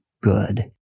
good